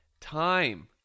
time